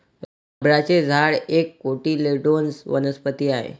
रबराचे झाड एक कोटिलेडोनस वनस्पती आहे